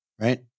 right